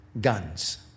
guns